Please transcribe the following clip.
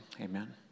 amen